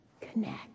Connect